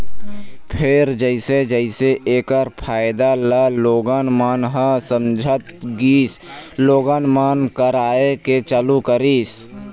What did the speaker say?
फेर जइसे जइसे ऐखर फायदा ल लोगन मन ह समझत गिस लोगन मन कराए के चालू करिस